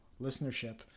listenership